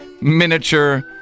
miniature